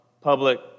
public